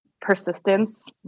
persistence